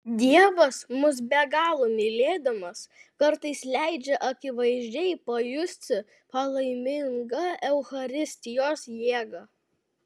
dievas mus be galo mylėdamas kartais leidžia akivaizdžiai pajusti palaimingą eucharistijos jėgą